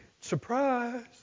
Surprise